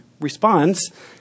responds